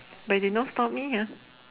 but they did not stop me ya